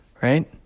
right